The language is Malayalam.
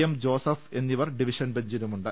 എം ജോസഫ് എന്നിവർ ഡിവിഷൻ ബെഞ്ചി ലുണ്ട്